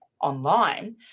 online